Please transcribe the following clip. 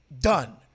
done